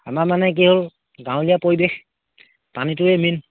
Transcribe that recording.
আমাৰ মানে কি হ'ল গাঁৱলীয়া পৰিৱেশ পানীটোৱেই মেইন